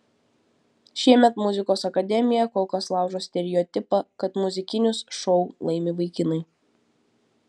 šiemet muzikos akademija kol kas laužo stereotipą kad muzikinius šou laimi vaikinai